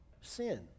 sin